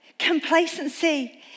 complacency